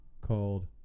called